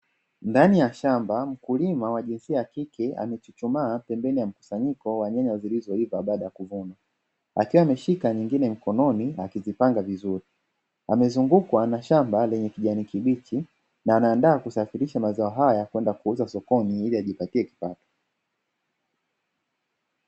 Ndani ya shamba, mkulima wa jinsia ya kike amechuchumaa pembeni ya mkusanyiko wa nyanya zilizoiva baada ya kuvuna, akiwa ameshika nyingine mkononi na akizipanga vizuri. Amezungukwa na shamba lenye kijani kibichi, na anaandaa kusafirisha mazao haya kwenda kuuza sokoni ili ajipatie kipato.